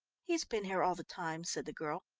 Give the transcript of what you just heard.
he's been here all the time, said the girl.